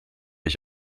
ich